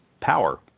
power